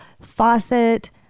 faucet